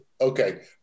Okay